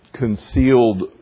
Concealed